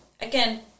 Again